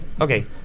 Okay